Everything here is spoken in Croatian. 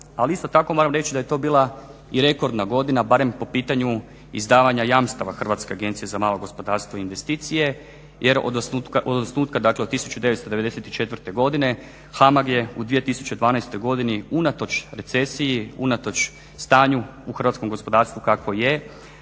ali isto tako moram reći da je to bila i rekordna godina barem po pitanju izdavanja jamstava HAMAG-a jer od osnutka, dakle od 1994. godine HAMAG je u 2012. godini unatoč recesiji, unatoč stanju u hrvatskom gospodarstvu kakvo je